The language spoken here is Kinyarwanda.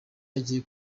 agiye